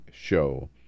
Show